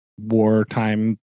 wartime